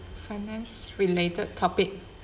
finance-related topic